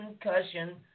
concussion